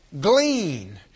glean